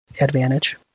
Advantage